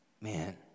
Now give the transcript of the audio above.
Man